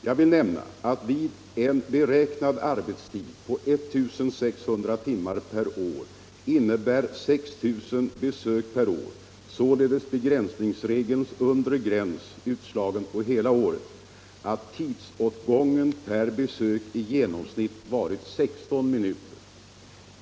Jag vill nämna att en beräknad arbetstid på 1600 timmar per år innebär 6 000 besök per år, således begränsningsregelns undre gräns utslagen på hela året, att tidsåtgången per besök i genomsnitt är 16 minuter.